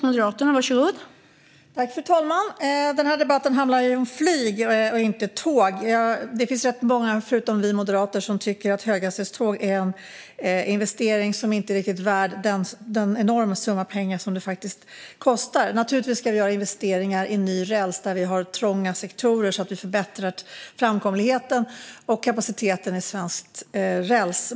Fru talman! Den här debatten handlar ju om flyg och inte tåg. Det finns rätt många förutom vi moderater som tycker att höghastighetståg är en investering som inte riktigt är värd de enorma summor som det faktiskt kostar. Naturligtvis ska vi göra investeringar i ny räls där vi har trånga sektorer så att vi förbättrar framkomligheten och kapaciteten i svensk räls.